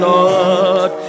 Lord